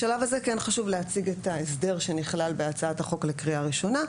בשלב הזה כן חשוב להציג את ההסדר שנכלל בהצעת החוק לקריאה ראשונה,